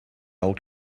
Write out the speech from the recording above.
old